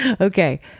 Okay